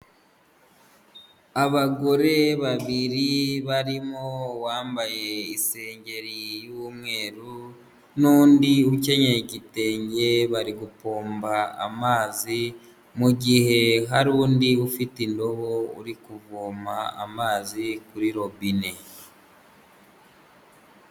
Abagore babiri barimo uwambaye isengeri y'umweru n'undi ukenyeye igitenge bari gupomba amazi, mu gihe hari undi ufite indobo uri kuvoma amazi kuri robine.